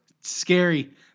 scary